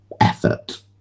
effort